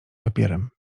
papierem